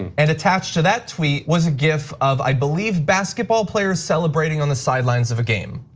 and and attached to that twit was a gift of, i believe basketball player celebrating on the sidelines of a game.